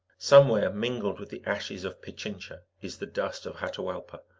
somewhere, mingled with the ashes of pichincha, is the dust of atahuallpa,